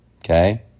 Okay